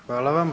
Hvala vam.